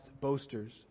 boasters